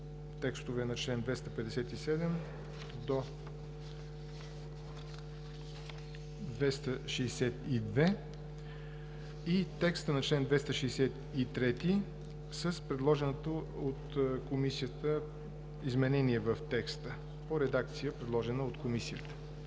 текстове на чл. 257 до чл. 262 и текста на чл. 263 с предложеното от Комисията изменение в текста по редакция, предложена от Комисията.